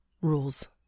rules